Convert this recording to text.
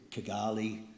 Kigali